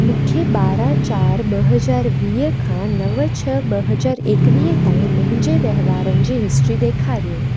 मूंखे ॿारहां चार ॿ हज़ार वीह खां नव छ्ह ॿ हज़ार एकवीह ताईं मुंहिंजे वहिंवारनि जी हिस्ट्री ॾेखारियो